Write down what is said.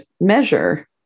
measure